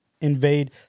invade